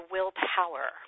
Willpower